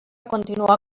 continuar